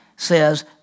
says